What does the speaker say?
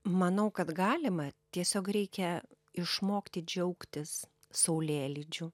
manau kad galima tiesiog reikia išmokti džiaugtis saulėlydžiu